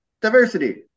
diversity